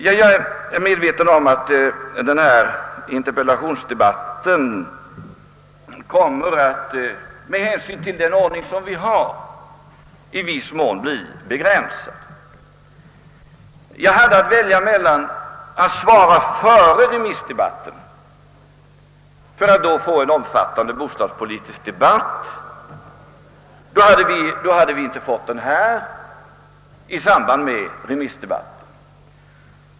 Jag är medveten om att denna interpellationsdebatt med hänsyn till den arbetsordning som riksdagen har i viss mån kommer att bli begränsad. Jag kunde välja att besvara interpellationerna före remissdebatten och då få till stånd en omfattande bostadspolitisk debatt. I så fall hade det inte blivit någon sådan i samband med remissdebatten.